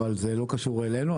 אבל זה לא קשור אלינו,